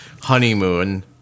honeymoon